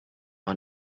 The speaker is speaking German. man